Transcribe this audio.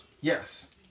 Yes